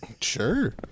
Sure